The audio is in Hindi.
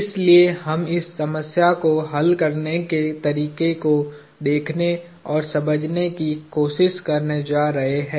इसलिए हम इस समस्या को हल करने के तरीके को देखने और समझने की कोशिश करने जा रहे हैं